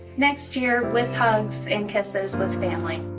next year with hugs and kisses with family.